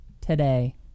today